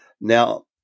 Now